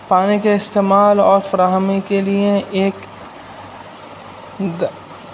پانی کے استعمال اور فراہمی کے لیے ایک دا